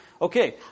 Okay